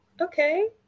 okay